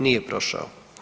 Nije prošao.